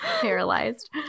paralyzed